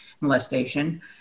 molestation